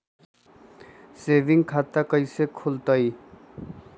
Saving खाता कैसे खुलतई?